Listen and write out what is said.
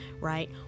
right